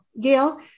Gail